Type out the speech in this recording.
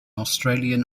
australian